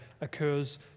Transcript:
occurs